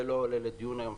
זה לא עולה לדיון היום.